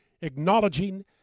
acknowledging